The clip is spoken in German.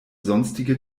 sonstige